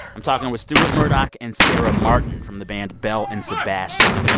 i'm talking with stuart murdoch and sarah martin from the band belle and sebastian.